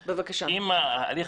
אם ההליך